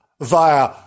via